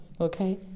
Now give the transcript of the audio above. okay